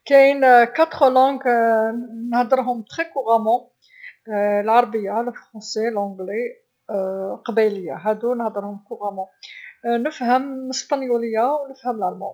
كاين ثلاث لغات نهدرهم بطلاقه العربيه، الفرونسي، إنجليزي، و القبايليه، هاذو نهدرهم بطلاقه، نفهم سبنيوليه و نفهم ألمانيه.